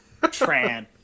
tran